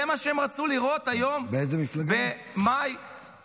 זה מה שהם רצו לראות היום, במאי 2024?